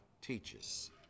teaches